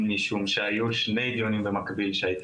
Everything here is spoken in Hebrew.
משום שהיו שני דיונים במקביל שהייתי